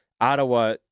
Ottawa